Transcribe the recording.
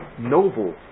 noble